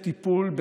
כי בסוף כולנו,